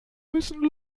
müssen